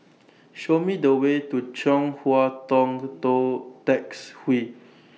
Show Me The Way to Chong Hua Tong Tou Tecks Hwee